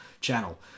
channel